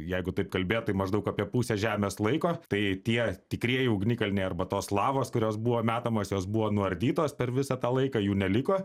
jeigu taip kalbėt tai maždaug apie pusę žemės laiko tai tie tikrieji ugnikalniai arba tos lavos kurios buvo metamos jos buvo nuardytos per visą tą laiką jų neliko